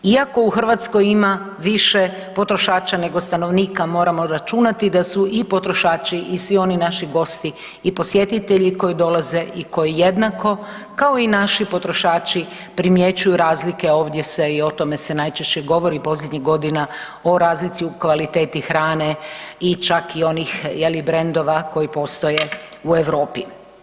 Iako u Hrvatskoj ima više potrošača nego stanovnika moramo računati da su i potrošači i svi oni naši gosti i posjetitelji koji dolaze i koji jednako kao i naši potrošači primjećuju razlike ovdje se i o tome se najčešće govori posljednjih godina o razlici u kvaliteti hrane i čak i onih brendova koji postoje u Europi.